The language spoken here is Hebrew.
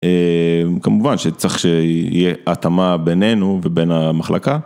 כמובן שצריך שיהיה התאמה בינינו ובין המחלקה.